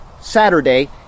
Saturday